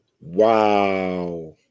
wow